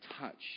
touch